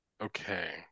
Okay